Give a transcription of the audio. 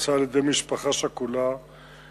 שיהיה על הדוכן וישיב על השאילתות לפי הסדר.